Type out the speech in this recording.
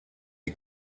die